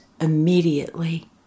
immediately